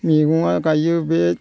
मैगङा गायो बे